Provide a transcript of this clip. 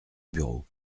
bureau